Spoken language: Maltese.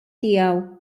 tiegħu